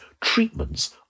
treatments